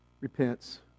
repents